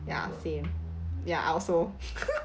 ya same ya I also